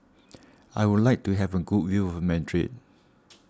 I would like to have a good view of Madrid